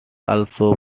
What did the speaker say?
also